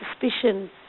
suspicion